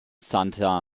santa